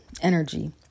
energy